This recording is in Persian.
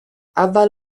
اول